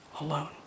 alone